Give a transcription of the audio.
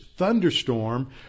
thunderstorm